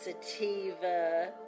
sativa